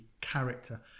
character